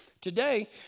Today